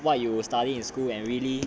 what you will study in school and really